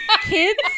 kids